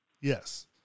Yes